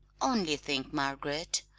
only think, margaret,